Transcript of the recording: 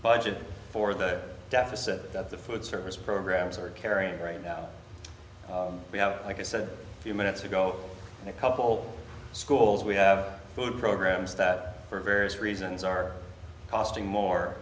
budget for the deficit that the food service program sort carrying right now we have like i said a few minutes ago a couple schools we have food programs that for various reasons are costing more